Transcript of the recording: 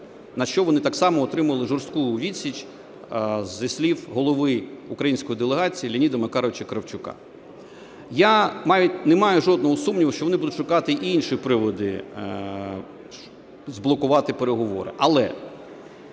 на що вони так само отримали жорстку відсіч зі слів голови української делегації Леоніда Макаровича Кравчука. Я не маю жодного сумніву, що вони будуть шукати інші приводи блокувати переговори.